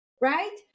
right